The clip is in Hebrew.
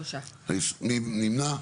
3. מי נמנע?